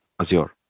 Azure